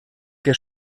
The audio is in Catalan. què